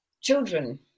children